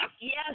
Yes